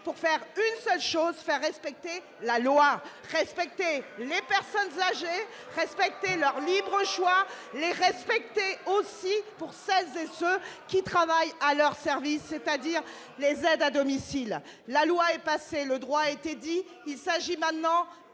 des personnes âgées pour faire respecter la loi, respecter les personnes âgées et leur libre choix, sans oublier celles et ceux qui travaillent à leur service, c'est-à-dire les aides à domicile. La loi est passée. Le droit a été dit. Il s'agit maintenant